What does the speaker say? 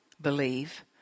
believe